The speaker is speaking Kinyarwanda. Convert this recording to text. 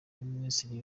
abaminisitiri